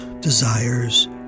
desires